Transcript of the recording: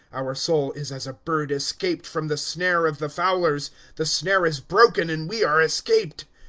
our soul is as a bird escaped from the snare of the fowlers the snare is broken and we are escaped.